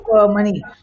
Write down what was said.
money